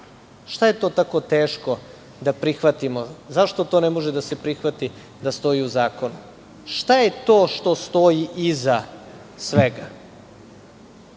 je to tako teško da prihvatimo? Zašto to ne može da se prihvati da stoji u zakonu? Šta je to što stoji iza svega?